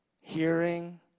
hearing